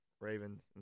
Ravens